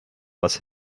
was